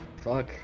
fuck